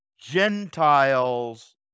Gentiles